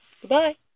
Goodbye